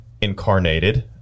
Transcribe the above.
incarnated